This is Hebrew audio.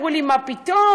אמרו לי: מה פתאום,